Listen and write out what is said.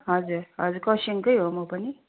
हजुर हजुर खरसाङकै हो म पनि